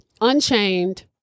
unchained